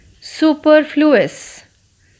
superfluous